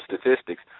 statistics